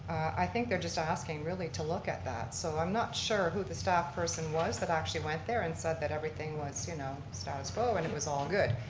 i think they're just asking really to look at that so i'm not sure who the stop person was that actually went there and said that everything was you know, status quo, and it was all good.